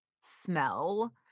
smell